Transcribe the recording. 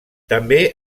també